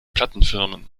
plattenfirmen